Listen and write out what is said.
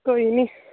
कोई नी